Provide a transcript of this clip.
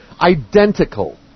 identical